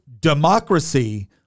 democracy